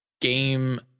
game